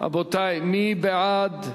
רבותי, מי בעד?